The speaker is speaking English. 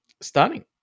stunning